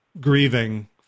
grieving